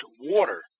water